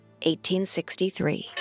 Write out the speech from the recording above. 1863